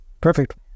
Perfect